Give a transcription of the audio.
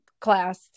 class